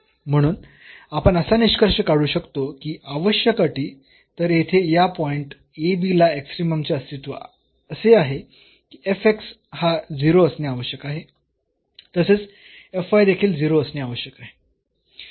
म्हणून आपण असा निष्कर्ष काढू शकतो की आवश्यक अटी तर येथे या पॉईंट a b ला एक्स्ट्रीमम चे अस्तित्व असे आहे की हा 0 असणे आवश्यक आहे तसेच देखील 0 असणे आवश्यक आहे